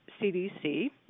CDC